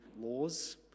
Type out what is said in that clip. laws